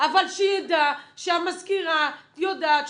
אבל שידע שהמזכירה יודעת.